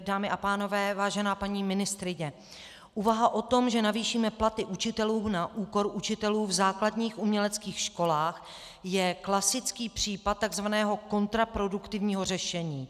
Dámy a pánové, vážená paní ministryně, úvaha o tom, že navýšíme platy učitelů na úkor učitelů v základních uměleckých školách, je klasický případ tzv. kontraproduktivního řešení.